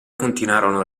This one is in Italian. continuarono